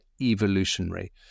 evolutionary